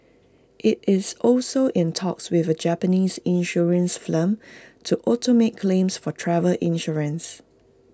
IT is also in talks with A Japanese insurance firm to automate claims for travel insurance